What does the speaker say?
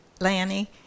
Lanny